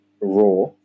raw